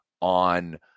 on